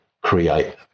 create